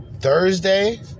Thursday